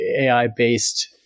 AI-based